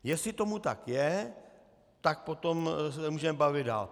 Jestli tomu tak je, tak potom se můžeme bavit dál.